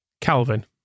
Calvin